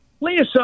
Lisa